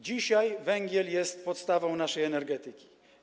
Dzisiaj węgiel jest podstawą naszej energetyki.